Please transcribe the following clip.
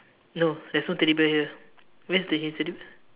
no there is no teddy bear here where's the his teddy bear